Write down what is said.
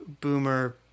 boomer